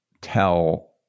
tell